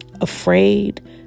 afraid